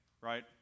right